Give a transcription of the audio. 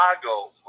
Chicago